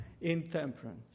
intemperance